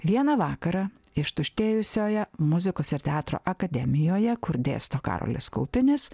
vieną vakarą ištuštėjusioje muzikos ir teatro akademijoje kur dėsto karolis kaupinis